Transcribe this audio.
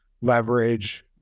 leverage